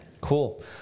Cool